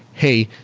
hey,